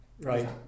right